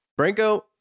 Branko